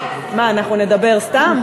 מה, אנחנו נדבר סתם?